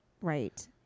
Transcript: Right